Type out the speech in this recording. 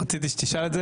רציתי שתשאל את זה,